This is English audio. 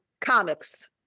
comics